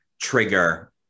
trigger